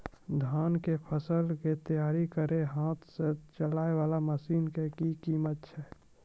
धान कऽ फसल कऽ तैयारी करेला हाथ सऽ चलाय वाला मसीन कऽ कीमत की छै?